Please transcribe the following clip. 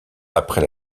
après